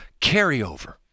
carryover